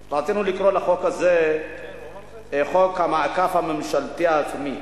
רצינו לקרוא לחוק הזה חוק המעקף הממשלתי העצמי.